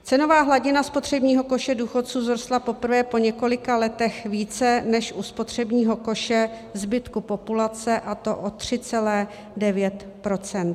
Cenová hladina spotřebního koše důchodců vzrostla poprvé po několika letech více než u spotřebního koše zbytku populace, a to o 3,9 %.